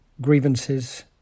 grievances